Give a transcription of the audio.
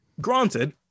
granted